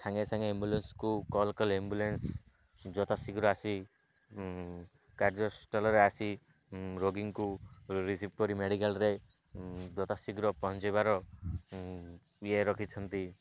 ସାଙ୍ଗେ ସାଙ୍ଗେ ଆମ୍ବୁଲେନ୍ସକୁ କଲ୍ କଲେ ଆମ୍ବୁଲେନ୍ସ ଯଥା ଶୀଘ୍ର ଆସି କାର୍ଯ୍ୟସ୍ଥଲରେ ଆସି ରୋଗୀଙ୍କୁ ରିସିଭ୍ କରି ମେଡ଼ିକାଲ୍ରେ ଯଥା ଶୀଘ୍ର ପହଞ୍ଚେଇବାର ଇଏ ରଖିଛନ୍ତି